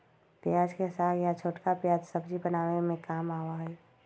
प्याज के साग या छोटका प्याज सब्जी बनावे के काम आवा हई